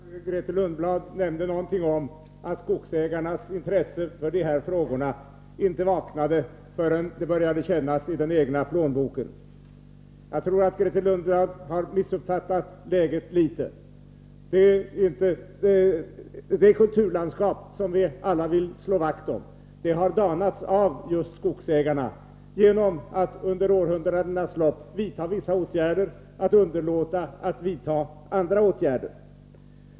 Herr talman! Grethe Lundblad nämnde någonting om att skogsägarnas intresse för dessa frågor inte vaknade förrän det började kännas i den egna plånboken. Jag tror att Grethe Lundblad i viss mån missuppfattat läget. Det kulturlandskap som vi alla vill slå vakt om har danats av just skogsägarna genom att de under århundradenas lopp vidtagit vissa åtgärder och underlåtit att vidta andra åtgärder.